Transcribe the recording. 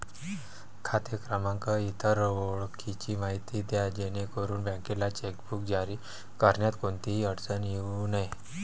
खाते क्रमांक, इतर ओळखीची माहिती द्या जेणेकरून बँकेला चेकबुक जारी करण्यात कोणतीही अडचण येऊ नये